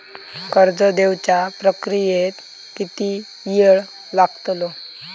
कर्ज देवच्या प्रक्रियेत किती येळ लागतलो?